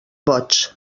boig